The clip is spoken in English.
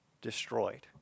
destroyed